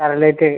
cutlet